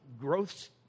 growth